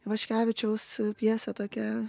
ivaškevičiaus pjesė tokia